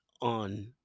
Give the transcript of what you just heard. on